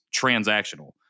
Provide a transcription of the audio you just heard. transactional